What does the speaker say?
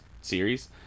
series